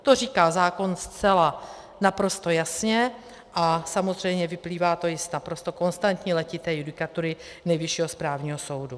To říká zákon zcela naprosto jasně a samozřejmě vyplývá to i z naprosto konstantní letité judikatury Nejvyššího správního soudu.